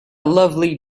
lovely